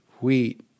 Wheat